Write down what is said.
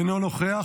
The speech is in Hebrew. אינו נוכח.